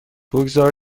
بگذار